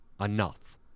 Enough